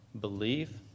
Believe